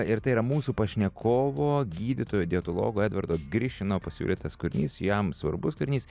ir tai yra mūsų pašnekovo gydytojo dietologo edvardo grišino pasiūlytas kūrinys jam svarbus kūrinys